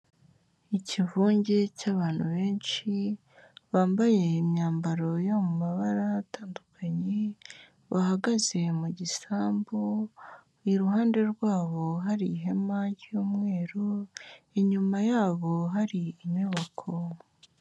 Ikivunge cy'abantu benshi, bambaye imyambaro yo mu mabara atandukanye, bahagaze mu gisambu, iruhande rwabo, hari ihema ry'umweru, inyuma yabo, hari inyubako.